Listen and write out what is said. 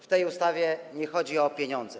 W tej ustawie nie chodzi o pieniądze.